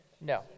No